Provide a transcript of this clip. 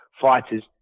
fighters